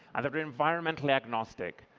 and the but environmental agnostic,